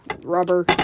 rubber